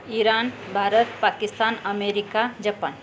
Iran Bharat Pakistan America Japan